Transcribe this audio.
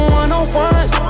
one-on-one